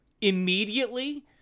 immediately